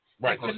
Right